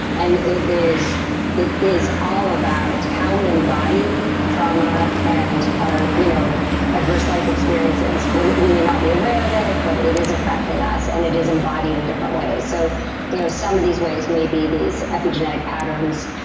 and it is it is all about how we embody trauma and our you know adverse life experiences. we may not be aware of it, but it is affecting us. and it is embodied in different ways. so you know some of these ways may be these epigenetic patterns,